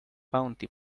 bounty